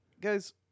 guys